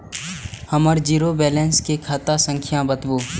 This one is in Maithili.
हमर जीरो बैलेंस के खाता संख्या बतबु?